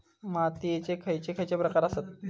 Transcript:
मातीयेचे खैचे खैचे प्रकार आसत?